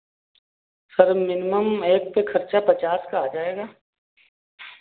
sir minimum एक पे खर्चा पचास का आ जाएगा